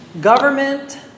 Government